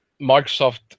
microsoft